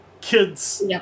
kid's